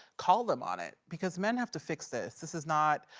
call them on it. because men have to fix this. this is not,